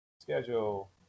schedule